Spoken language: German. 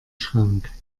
schrank